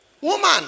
woman